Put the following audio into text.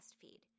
feed